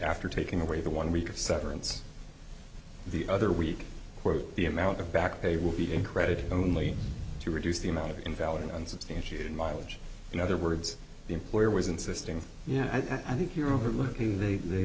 after taking away the one week of severance the other week the amount of back pay will be incredible only to reduce the amount of invalid and unsubstantiated mileage in other words the employer was insisting yeah i think you're overlooking the